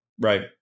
Right